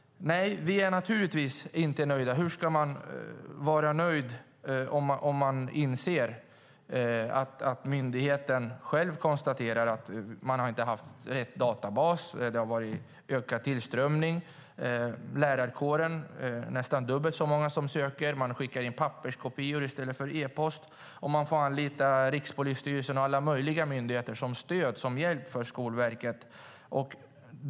Nej, naturligtvis är vi inte nöjda. Hur kan man vara nöjd om man inser att myndigheten själv konstaterar att de inte haft rätt databas, att det varit en ökad tillströmning - att nästan dubbelt så många i lärarkåren sökt - att man skickar in papperskopior i stället för att skicka e-post och att Rikspolisstyrelsen och alla möjliga andra myndigheter måste anlitas som stöd och hjälp för Skolverket?